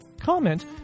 comment